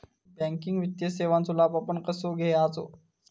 Banking वित्तीय सेवाचो लाभ आपण कसो घेयाचो?